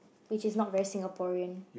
which is not very Singaporean